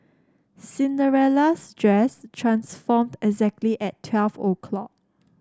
Cinderella's dress transformed exactly at twelve o'clock